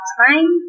time